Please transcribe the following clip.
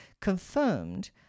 confirmed